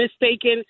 mistaken